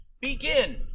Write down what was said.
begin